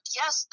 yes